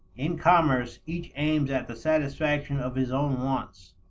in commerce, each aims at the satisfaction of his own wants,